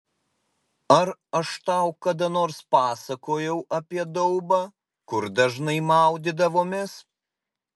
ar aš tau kada nors pasakojau apie daubą kur dažnai maudydavomės